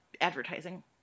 advertising